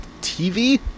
TV